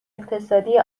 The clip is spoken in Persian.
اقتصادی